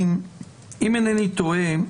--- אם אינני טועה,